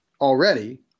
already